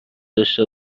داشته